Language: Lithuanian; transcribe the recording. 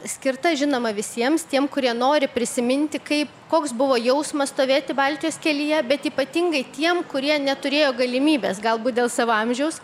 skirta žinoma visiems tiem kurie nori prisiminti kai koks buvo jausmas stovėti baltijos kelyje bet ypatingai tiem kurie neturėjo galimybės galbūt dėl savo amžiaus